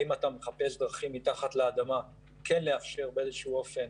האם אתה מחפש דרכים מתחת לאדמה כן לאפשר באיזה שהוא אופן